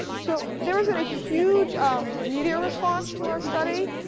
so there's a huge um media response to our study.